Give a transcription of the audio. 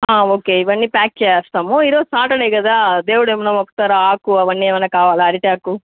okay ఇవన్నీ pack చేసేస్తాము ఈ రోజు సాటర్డే కదా దేవుడు ఏమన్నా మొక్కుతారా ఆకు అవన్నీ ఏమన్నా కావాల అరిటాకు